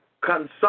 consumption